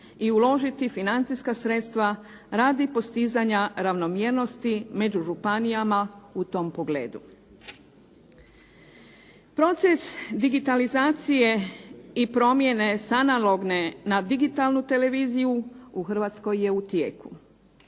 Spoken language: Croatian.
i uložiti financijska sredstva radi postizanja ravnomjernosti među županijama u tom pogledu. Proces digitalizacije i promjene s analogne na digitalnu televiziju u Hrvatskoj je u tijeku.